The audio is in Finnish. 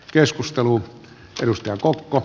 keskustelu asennus ja koko